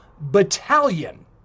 battalion